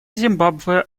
зимбабве